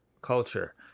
culture